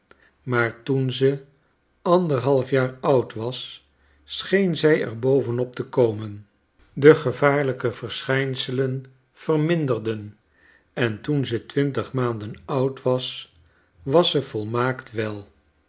maar toen ze anderhalf jaar oud was scheen zy er bovenop te komen de gevaarlijke verschijnselen verminderden en toen ze twintig maanden oud was was ze volmaakt wel